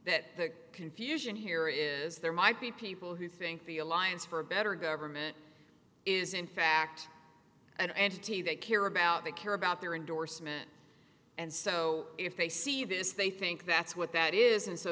that the confusion here is there might be people who think the alliance for a better government is in fact an entity they care about they care about their endorsement and so if they see this they think that's what that is and so